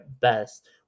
best